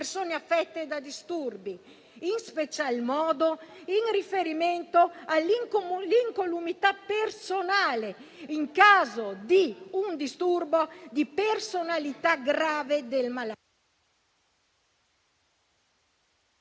affette da disturbi, in special modo in riferimento all'incolumità personale in caso di un disturbo di personalità grave del malato,